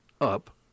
up